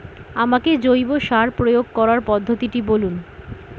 আমাকে জৈব সার প্রয়োগ করার পদ্ধতিটি বলুন?